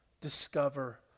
Discover